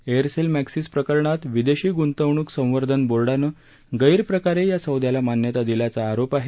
Aircel Maxis प्रकरणात विदेशी ग्ंतवणूक संवर्धन बोर्डानं गैरप्रकारे या सौद्याला मान्यता दिल्याचा आरोप आहे